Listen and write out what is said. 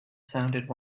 sounded